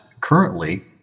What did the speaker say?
currently